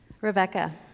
Rebecca